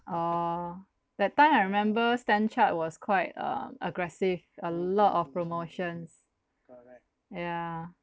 oh that time I remember stan chart was quite um aggressive a lot of promotions yeah